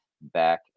back